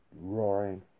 Roaring